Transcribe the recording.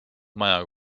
maja